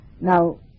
Now